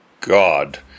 god